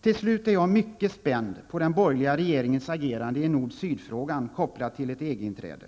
Till slut är jag mycket spänd på den borgerliga regeringens agerande i nord--syd-frågan kopplad till ett EG-inträde.